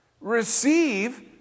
Receive